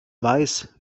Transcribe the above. weiß